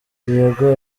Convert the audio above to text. diego